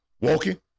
Walking